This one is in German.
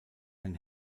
ein